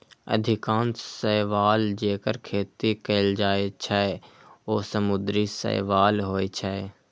अधिकांश शैवाल, जेकर खेती कैल जाइ छै, ओ समुद्री शैवाल होइ छै